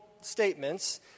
statements